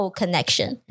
connection